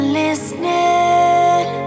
listening